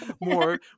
more